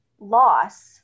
loss